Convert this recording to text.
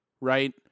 Right